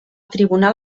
tribunal